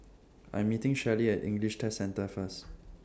I'm meeting Shellie At English Test Centre First